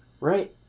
Right